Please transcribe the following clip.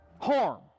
harm